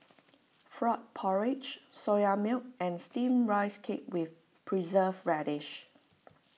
Frog Porridge Soya Milk and Steamed Ice Cake with Preserved Radish